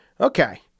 Okay